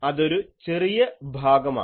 അതൊരു ചെറിയ ഭാഗമാണ്